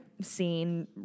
seen